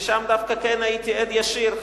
ששם דווקא כן הייתי עד ישיר,